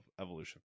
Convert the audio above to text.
evolution